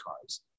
cars